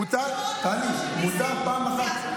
מותר פעם אחת,